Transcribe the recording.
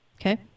Okay